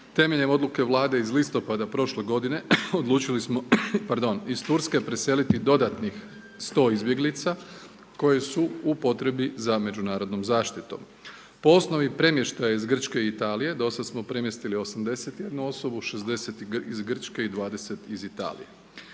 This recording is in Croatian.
Temeljem odluke Vlade iz listopada prošle godine, odlučili smo pardon, iz Turske preseliti dodatnih 100 izbjeglica, koje su u potrebi za međunarodnom zaštitom. Po osnovi premještaja iz Grčke i Italije do sada smo premjestili 81 osobu, 60 iz Grčke i 20 iz Italije.